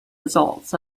results